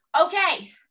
Okay